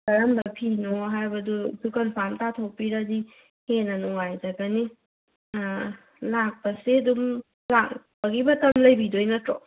ꯀꯔꯝꯕ ꯐꯤꯅꯣ ꯍꯥꯏꯕꯗꯨ ꯑꯗꯨ ꯀꯝꯐꯥꯝ ꯇꯥꯊꯣꯛꯄꯤꯔꯗꯤ ꯍꯦꯟꯅ ꯅꯨꯡꯉꯥꯏꯖꯒꯅꯤ ꯂꯥꯛꯄꯁꯦ ꯑꯗꯨꯝ ꯂꯥꯛꯄꯒꯤ ꯃꯇꯝ ꯂꯩꯕꯤꯗꯣꯏ ꯅꯣꯇ꯭ꯔꯣ